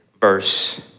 verse